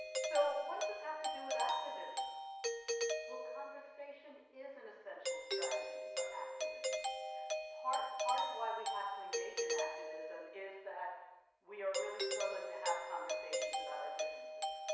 so what does this have to do with activism well conversation is an essential strategy for activism part part of why we have to engage in activism is that we are really struggling to have conversations about our differences